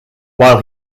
while